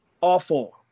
awful